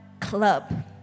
Club